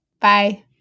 Bye